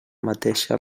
mateixa